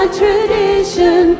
tradition